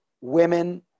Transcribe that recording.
women